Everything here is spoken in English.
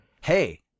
Hey